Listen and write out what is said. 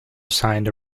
signed